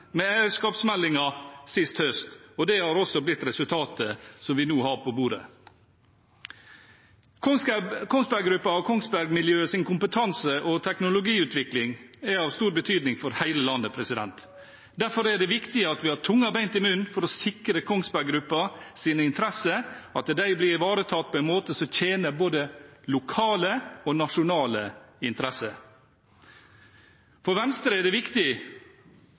med eierskapsmeldingen sist høst, og det har også blitt resultatet vi nå har på bordet. Kongsberg Gruppen og Kongsberg-miljøets kompetanse- og teknologiutvikling er av stor betydning for hele landet. Derfor er det viktig at vi har tunga beint i munnen for å sikre at Kongsberg Gruppens viktige interesser blir ivaretatt på en måte som tjener både lokale og nasjonale interesser. For Venstre er det viktig